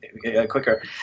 quicker